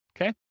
okay